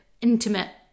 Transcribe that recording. intimate